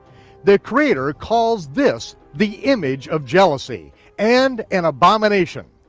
the creator calls this the image of jealousy and an abomination.